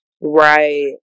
right